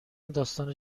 داستان